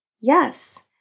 yes